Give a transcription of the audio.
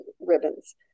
ribbons